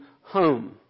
home